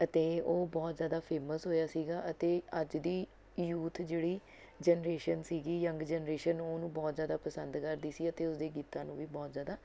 ਅਤੇ ਉਹ ਬਹੁਤ ਜ਼ਿਆਦਾ ਫੇਮੱਸ ਹੋਇਆ ਸੀਗਾ ਅਤੇ ਅੱਜ ਦੀ ਯੂਥ ਜਿਹੜੀ ਜਨਰੇਸ਼ਨ ਸੀਗੀ ਯੰਗ ਜਨਰੇਸ਼ਨ ਉਹ ਉਹਨੂੰ ਬਹੁਤ ਜ਼ਿਆਦਾ ਪਸੰਦ ਕਰਦੀ ਸੀ ਅਤੇ ਉਸਦੇ ਗੀਤਾਂ ਨੂੰ ਵੀ ਬਹੁਤ ਜ਼ਿਆਦਾ